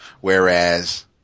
whereas